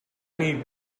need